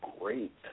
great